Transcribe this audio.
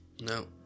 no